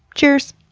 cheers!